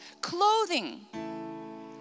clothing